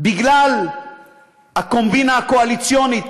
בגלל הקומבינה הקואליציונית.